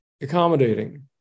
accommodating